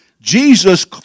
Jesus